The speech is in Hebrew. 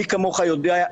מי כמוך יודע,